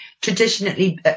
traditionally